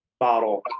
Bottle